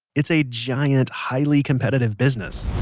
it's a giant, highly competitive business.